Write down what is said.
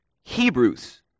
Hebrews